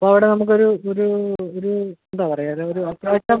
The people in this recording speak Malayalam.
ഇപ്പോൾ അവിടെ നമുക്ക് ഒരു ഒരു ഒരു എന്താണ് പറയുക അത് ഒരു പത്ത് ലക്ഷം